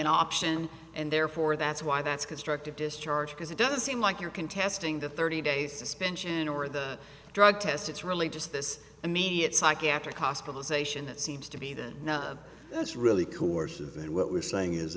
an option and therefore that's why that's constructive discharge because it does seem like you're contesting the thirty day suspension or the drug test it's really just this immediate psychiatric hospitalization it seems to be that that's really courses and what we're saying is